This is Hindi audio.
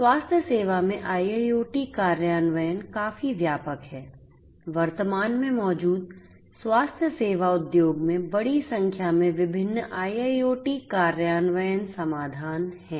स्वास्थ्य सेवा में IIoT कार्यान्वयन काफी व्यापक है वर्तमान में मौजूद स्वास्थ्य सेवा उद्योग में बड़ी संख्या में विभिन्न IIoT कार्यान्वयन समाधान हैं